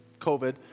COVID